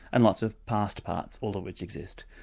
and lots of past parts, all of which exist.